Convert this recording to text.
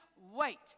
wait